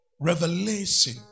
revelation